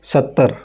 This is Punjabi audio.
ਸੱਤਰ